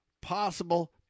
possible